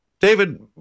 David